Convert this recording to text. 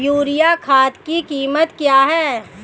Urea खाद की कीमत क्या है?